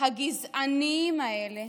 הגזעניים האלה,